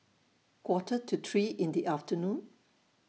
Quarter to three in The afternoon